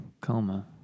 coma